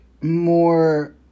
more